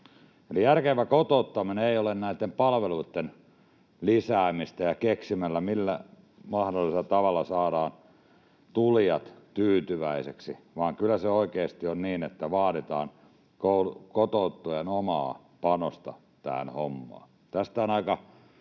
järkevä kotouttaminen ei ole näitten palveluitten lisäämistä ja sen keksimistä, millä mahdollisella tavalla saadaan tulijat tyytyväiseksi, vaan kyllä se oikeasti on niin, että vaaditaan kotoutettavien omaa panosta tähän hommaan. Tästä on aika